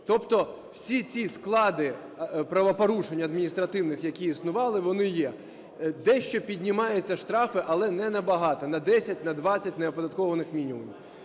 Тобто всі ці склади правопорушень адміністративних, які існували, вони є. Дещо піднімаються штрафи, але не набагато, на 10, на 20 неоподатковуваних мінімумів.